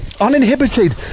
uninhibited